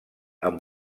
amb